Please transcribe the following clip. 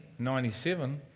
97